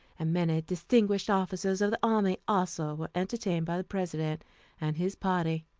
and many distinguished officers of the army also were entertained by the president and his party.